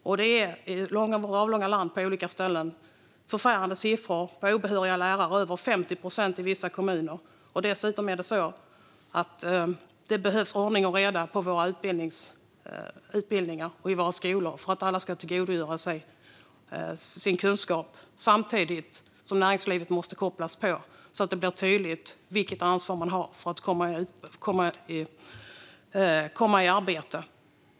Vi ser på olika ställen i vårt avlånga land förfärande siffror på obehöriga lärare - över 50 procent i vissa kommuner. Dessutom behövs det ordning och reda på våra utbildningar och i våra skolor för att alla ska kunna tillgodogöra sig kunskap. Samtidigt måste näringslivet kopplas på så att det blir tydligt vilket ansvar man har för att komma i arbete.